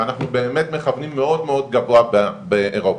ואנחנו באמת מכוונים מאוד מאוד גבוה באירופה.